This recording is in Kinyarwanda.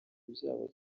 byabo